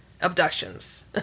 abductions